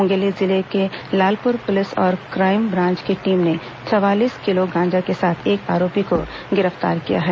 मुंगेली जिले में लालपुर पुलिस और क्राईम ब्रांच की टीम ने चवालीस किलो गांजा के साथ एक आरोपी को गिरफ्तार किया है